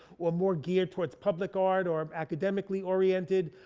or more geared towards public art, or academically oriented,